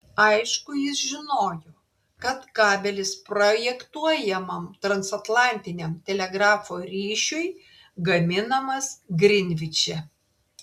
aišku jis žinojo kad kabelis projektuojamam transatlantiniam telegrafo ryšiui gaminamas grinviče